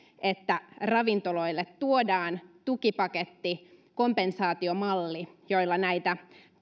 että ravintoloille tuodaan tukipaketti kompensaatiomalli jolla näitä